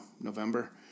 November